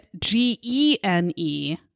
G-E-N-E